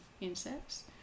insects